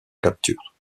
capture